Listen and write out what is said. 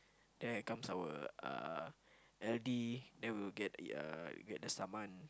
there comes our uh L_D then we will get the uh we get the saman